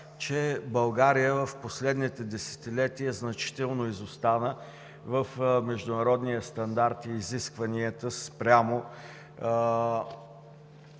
че България в последните десетилетия значително изостана в международния стандарт и изискванията спрямо